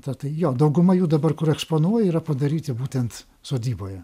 ta tai jo dauguma jų dabar kur eksponuoja yra padaryti būtent sodyboje